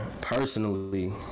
personally